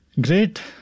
Great